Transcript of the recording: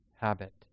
habit